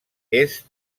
est